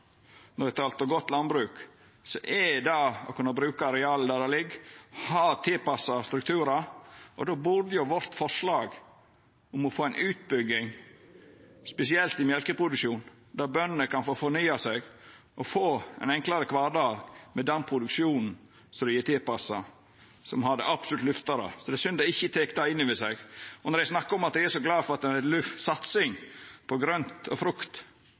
og godt landbruk, må ein kunna bruka arealet der det ligg, og ha tilpassa strukturar. Vårt forslag om å få ei utbygging, spesielt i mjølkeproduksjon, der bøndene kan få fornya seg og få ein enklare kvardag med den produksjonen som dei er tilpassa, hadde absolutt lyfta det. Det er synd dei ikkje tek det inn over seg. Dei snakkar om at dei er så glade for at det er satsing på grønt og frukt.